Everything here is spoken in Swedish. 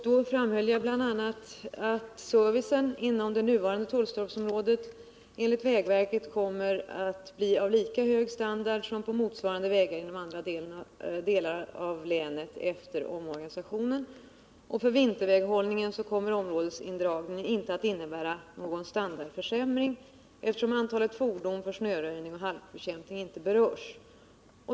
Då framhöll jag bl.a. att servicen inom det nuvarande Tullstorpsområdet enligt vägverket kommer att bli av lika hög standard som på motsvarande vägar inom andra delar av länet efter omorganisationen och att områdesindragningen inte kommer att innebära någon standardförsämring för vinterväghållningen, eftersom antalet fordon för snöröjning och halkbekämpning inte berörs.